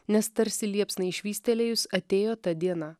nes tarsi liepsnai švystelėjus atėjo ta diena